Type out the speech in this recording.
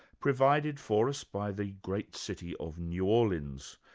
provided for us by the great city of new orleans,